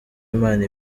imana